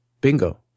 bingo